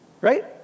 right